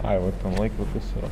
ai va ten laikrodis yra